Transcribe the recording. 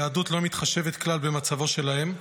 היהדות לא מתחשבת כלל במצבו של האב,